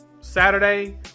Saturday